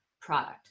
product